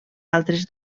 altres